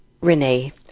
Renee